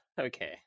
Okay